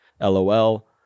LOL